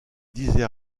disait